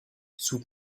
sous